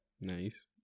nice